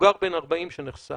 מבוגר בן 40 שנחשף